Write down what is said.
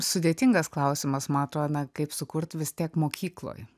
sudėtingas klausimas ma atro na kaip sukurt vis tiek mokykloj